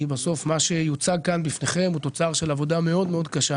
כי בסוף מה שיוצג כאן בפניכם הוא תוצר של עבודה מאוד מאוד קשה